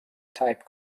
تایپ